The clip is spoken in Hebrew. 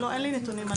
אין לי נתונים.